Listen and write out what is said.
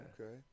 Okay